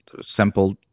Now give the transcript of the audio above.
simple